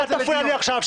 אל תפריע לי עכשיו.